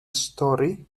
stori